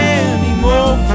anymore